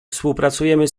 współpracujemy